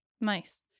Nice